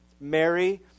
Mary